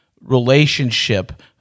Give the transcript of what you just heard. relationship